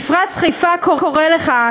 מפרץ-חיפה קורא לך,